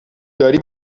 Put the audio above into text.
داری